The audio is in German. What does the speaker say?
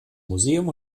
museum